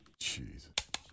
Jeez